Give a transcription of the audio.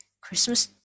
Christmas